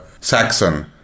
Saxon